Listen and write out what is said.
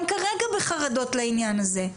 הם כרגע בחרדות לעניין הזה.